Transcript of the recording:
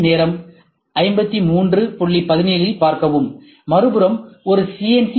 திரையின் நேரம் 5317இல் பார்க்கவும் மறுபுறம் ஒரு சி